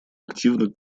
активно